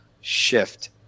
shift